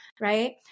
right